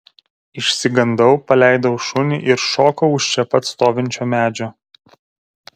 išsigandau paleidau šunį ir šokau už čia pat stovinčio medžio